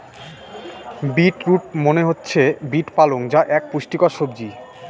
beet root মনে হচ্ছে beet পালং যা এক পুষ্টিকর সবজি